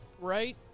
Right